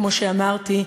כמו שאמרתי,